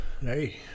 hey